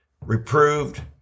reproved